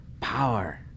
power